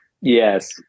Yes